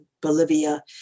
Bolivia